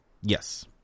Yes